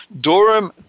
Durham